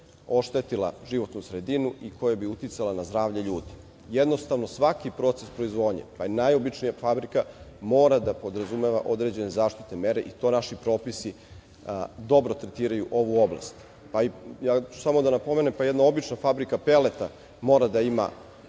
oštetila životnu sredinu i koja bi uticala na zdravlje ljudi. Jednostavno, svaki proces proizvodnje, pa i najobičnija fabrika, mora da podrazumeva određene zaštitne mere i to naši propisi dobro tretiraju ovu oblast. Samo ću da napomenem da jedna obična fabrika peleta mora da ima